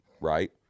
Right